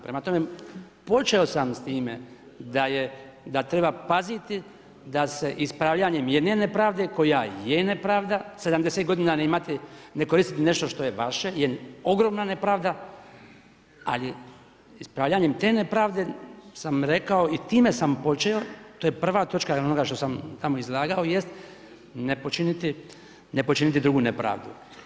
Prema tome, počeo sam s time da treba paziti da se ispravljanjem jedne nepravde koja je nepravda, 70 godina ne koristiti nešto što je vaše je ogromna nepravda, ali ispravljanjem te nepravde sam rekao i time sam počeo, to je prva točka onoga što sam tamo izlagao jest ne počiniti drugu nepravdu.